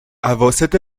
اواسط